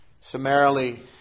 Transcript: summarily